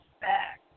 back